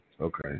Okay